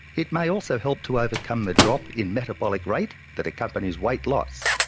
it may also help to overcome the drop in metabolic rate that accompanies weight loss,